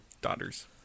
daughters